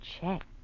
check